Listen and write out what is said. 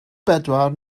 bedwar